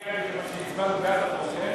מגיע לי כיוון שהצבעתי בעד החוק.